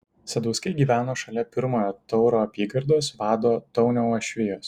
sadauskai gyveno šalia pirmojo tauro apygardos vado taunio uošvijos